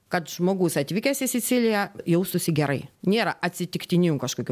kad žmogus atvykęs į siciliją jaustųsi gerai nėra atsitiktinių kažkokių